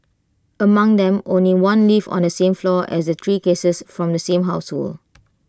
among them only one lived on the same floor as the three cases from the same household